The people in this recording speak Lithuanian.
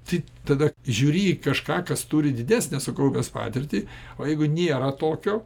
tik tada žiūri į kažką kas turi didesnę sukaupęs patirtį o jeigu nėra tokio